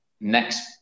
next